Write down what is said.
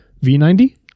V90